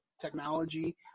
technology